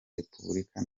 republika